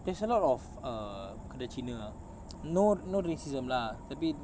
there's a lot of err kedai cina ah no no racism lah tapi